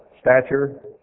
stature